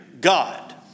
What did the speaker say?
God